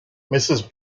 mrs